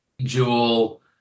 Jewel